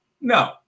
No